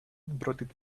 brought